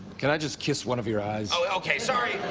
can i just kiss one of your eyes? okay. sorry.